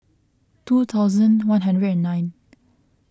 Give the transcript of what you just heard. two thousand one hundred and nine